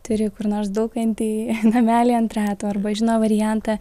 turi kur nors dulkantį namelį ant ratų arba žino variantą